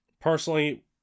personally